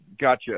Gotcha